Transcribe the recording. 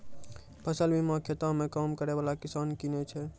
फसल बीमा खेतो मे काम करै बाला किसान किनै छै